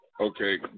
Okay